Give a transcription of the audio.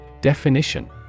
definition